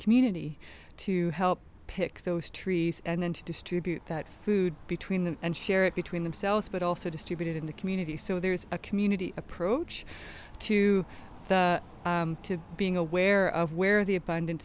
community to help pick those trees and then to distribute that food between them and share it between themselves but also distributed in the community so there's a community approach to to being aware of where the abund